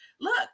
look